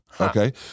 Okay